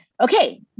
Okay